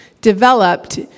developed